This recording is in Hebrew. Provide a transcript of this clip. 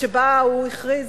שבה הוא הכריז,